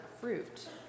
fruit